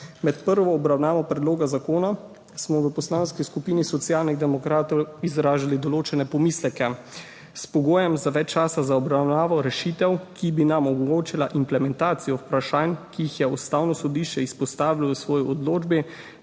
Med prvo obravnavo predloga zakona smo v Poslanski skupini Socialnih demokratov izrazili določene pomisleke, s pogojem za več časa za obravnavo rešitev, ki bi nam omogočila implementacijo vprašanj, ki jih je Ustavno sodišče izpostavilo v svoji odločbi,